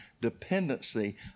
dependency